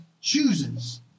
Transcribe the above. chooses